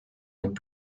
and